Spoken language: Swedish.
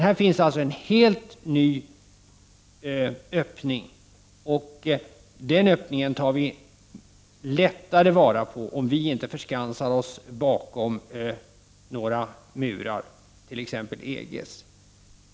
Här finns alltså en helt ny öppning, som vi tar lättare vara på om vi inte förskansar oss bakom några murar, t.ex. EG:s.